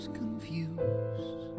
confused